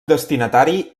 destinatari